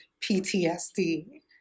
PTSD